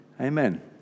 Amen